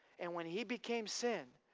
and when he became sin,